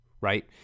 right